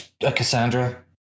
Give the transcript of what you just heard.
Cassandra